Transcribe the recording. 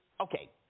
okay